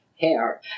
hair